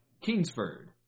Kingsford